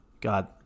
God